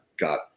got